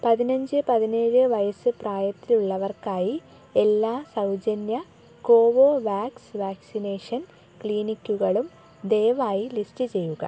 പതിനഞ്ച് പതിനേഴ് വയസ്സ് പ്രായത്തിലുള്ളവർക്കായി എല്ലാ സൗജന്യ കോവോവാക്സ് വാക്സിനേഷൻ ക്ലിനിക്കുകളും ദയവായി ലിസ്റ്റ് ചെയ്യുക